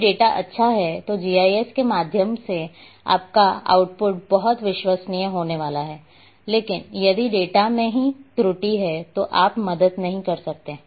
यदि डेटा अच्छा है तो जीआईएस के माध्यम से आपका आउटपुट बहुत विश्वसनीय होने वाला है लेकिन यदि डेटा में ही त्रुटि है तो आप मदद नहीं कर सकते